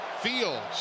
Fields